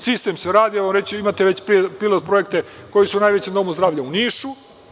Sistem se radi, reći ću vam, imate već pilot projekte koji su u najvećem domu zdravlju u Nišu.